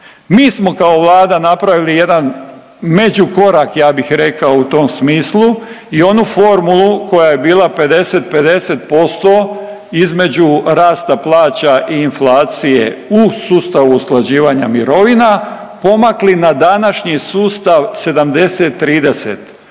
Mi smo kao Vlada napravili jedan međukorak, ja bih rekao, u tom smislu i onu formulu koja je bila 50:50% između rasta plaća i inflacije u sustavu usklađivanja mirovina, pomakli na današnji sustav 70:30